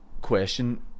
question